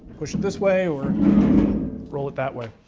push it this way or roll it that way.